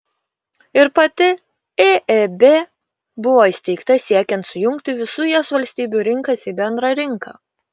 ir pati eeb buvo įsteigta siekiant sujungti visų jos valstybių rinkas į bendrą rinką